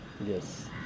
Yes